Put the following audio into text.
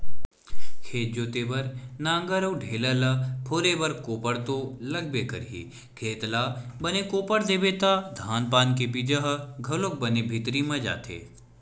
खेत जोते बर नांगर अउ ढ़ेला ल फोरे बर कोपर तो लागबे करही, खेत ल बने कोपर देबे त धान पान के बीजा ह घलोक बने भीतरी म जाथे